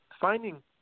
finding